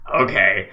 okay